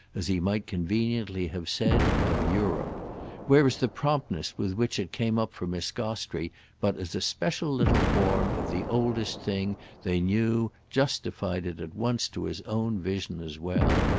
as he might conveniently have said, of europe whereas the promptness with which it came up for miss gostrey but as a special little form of the oldest thing they knew justified it at once to his own vision as well.